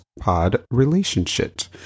podrelationship